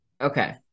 Okay